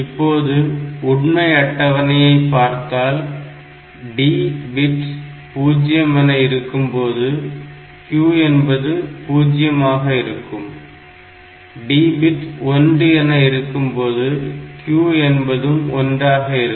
இப்போது உண்மை அட்டவணையை பார்த்தால் D பிட் 0 என இருக்கும்போது Q என்பதும் 0 ஆக இருக்கும் D பிட் 1 என இருக்கும்போது Q என்பதும் 1 ஆக இருக்கும்